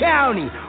County